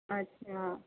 اچھا